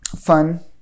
Fun